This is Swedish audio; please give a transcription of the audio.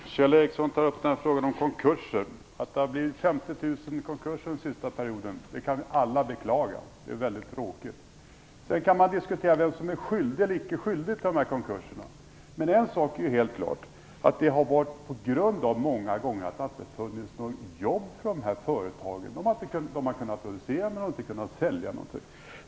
Fru talman! Kjell Ericsson tog upp frågan om konkurser. Att det har inträffat 50 000 konkurser under den senaste perioden kan vi alla beklaga. Det är väldigt tråkigt. Sedan kan man diskutera vem som är skyldig eller icke skyldig till dessa konkurser. Men en sak är ju fullständigt klar: Många gånger har det inte funnits några jobb för dessa företag. De har kunnat producera, men de har inte kunnat sälja någonting.